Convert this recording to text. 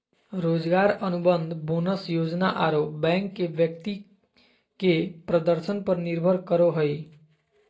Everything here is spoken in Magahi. रोजगार अनुबंध, बोनस योजना आरो बैंक के व्यक्ति के प्रदर्शन पर निर्भर करो हइ